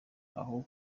aho